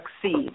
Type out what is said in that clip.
succeed